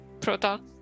Proton